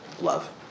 love